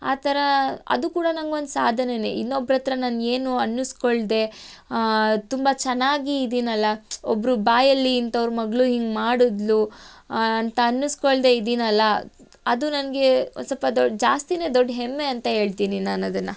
ಆ ಥರ ಅದು ಕೂಡ ನಂಗೆ ಒಂದು ಸಾಧನೆಯೆ ಇನ್ನೊಬರತ್ರ ನಾನೇನು ಅನ್ನಿಸ್ಕೊಳ್ದೆ ತುಂಬ ಚೆನ್ನಾಗಿ ಇದ್ದೀನಲ್ಲ ಒಬ್ರ ಬಾಯಲ್ಲಿ ಇಂಥವ್ರ ಮಗಳು ಹಿಂಗೆ ಮಾಡಿದ್ಳು ಅಂತ ಅನ್ನಿಸಿಕೊಳ್ದೆ ಇದ್ದೀನಲ್ಲ ಅದು ನನಗೆ ಒಂದು ಸ್ವಲ್ಪ ದ ಜಾಸ್ತಿಯೇ ದೊಡ್ಡ ಹೆಮ್ಮೆ ಅಂತ ಹೇಳ್ತೀನಿ ನಾನದನ್ನು